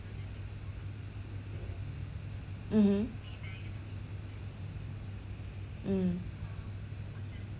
mmhmm mm